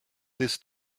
this